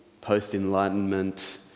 post-enlightenment